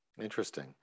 Interesting